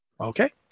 Okay